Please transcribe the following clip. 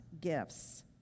Gifts